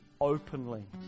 openly